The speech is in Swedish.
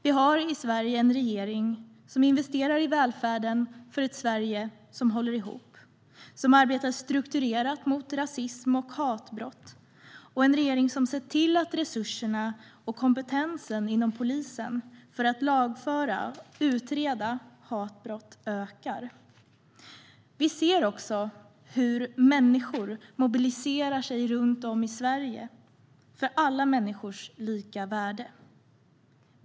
Vi har i Sverige en regering som investerar i välfärden för ett Sverige som håller ihop, som arbetar strukturerat mot rasism och hatbrott och som ser till att resurserna och kompetensen inom polisen för att lagföra och utreda hatbrott ökar. Vi ser också hur människor runt om i Sverige mobiliserar för alla människors lika värde.